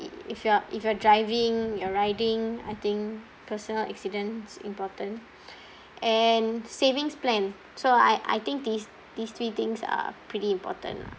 if you are if you are driving your riding I think personal accident is important and savings plan so I I think these these three things are pretty important lah